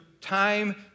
time